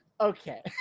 okay